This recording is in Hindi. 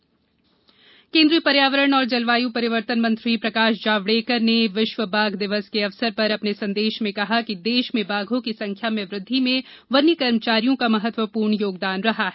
विश्व बाघ दिवस केन्द्रीय पर्यावरण और जलवायू परिवर्तन मंत्री प्रकाश जावडेकर ने विश्व बाघ दिवस के अवसर पर अपने संदेश में कहा है कि देश में बाघों की संख्या में वृद्धि में वन्य कर्मचारियों का महत्वपूर्ण योगदान रहा है